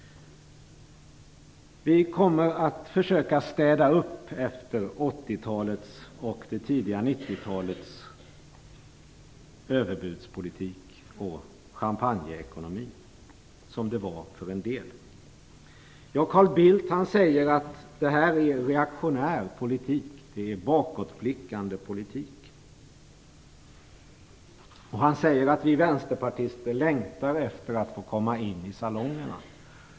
Vi kommer att försöka städa upp efter 80-talets och det tidiga 90-talets överbudspolitik och champagneekonomi, som det var för en del. Carl Bildt säger att det är reaktionär och bakåtblickande politik. Han säger att vi vänsterpartister längtar efter att få komma in i salongerna.